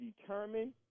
determine